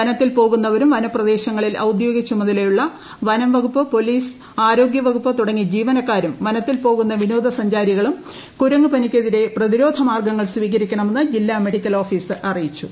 വനത്തിൽ പോകുന്നവരും പിറ്റു പ്രദേശങ്ങളിൽ ഔദ്യോഗിക ചുമതലയുള്ള വനംവകുപ്പ് ക്ലപ്പാലീസ് ആരോഗ്യവകുപ്പ് തുടങ്ങിയ ജീവനക്കാരും വനത്തിൽ പ്പോകുന്ന വിനോദസഞ്ചാരികളും കുരങ്ങു പനിക്കെതിരെ പ്രതിരോർ മാർഗങ്ങൾ സ്വീകരിക്കണമെന്ന് ജില്ലാ മെഡിക്കൽ ഓഫീസർ അറിയിച്ചു